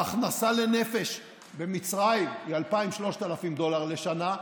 ההכנסה לנפש במצרים היא 2,000 3,000 דולר לשנה,